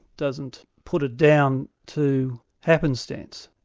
doesn't put it down to happenstance.